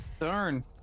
Darn